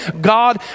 God